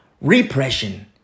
repression